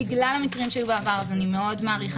בסך הכל, באמת גם חשוב